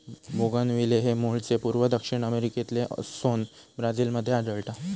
bougainvillea हे मूळचे पूर्व दक्षिण अमेरिकेतले असोन ब्राझील मध्ये आढळता